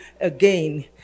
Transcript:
again